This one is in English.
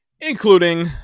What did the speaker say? including